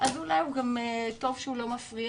אז אולי גם זה טוב שהוא לא מפריע,